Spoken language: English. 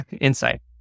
insight